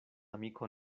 amiko